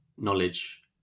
knowledge